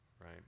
right